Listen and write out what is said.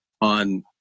on